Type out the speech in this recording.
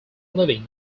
living